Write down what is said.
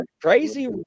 Crazy